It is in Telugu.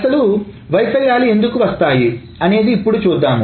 అసలు వైఫల్యాలు ఎందుకు వస్తాయి అనేది ఇప్పుడు చూద్దాం